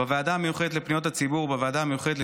בוועדת הכספים ובוועדת החוקה,